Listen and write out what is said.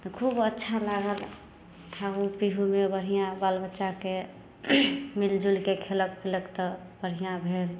तऽ खूब अच्छा लागल खाहू पीहूमे बढ़िऑं बाल बच्चाके मिल जुलिके खेलक पीलक तऽ बढ़िऑं भेल